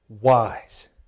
wise